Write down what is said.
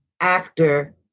actor